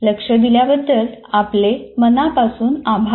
लक्ष दिल्याबद्दल आपले मनापासून आभार